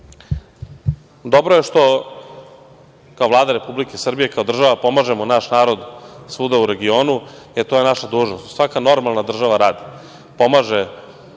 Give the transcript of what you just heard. dobro je što kao Vlada Republike Srbije, kao država pomažemo naš narod svuda u regionu. To je naša dužnost. Svaka normalna država to radi, pomaže